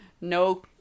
no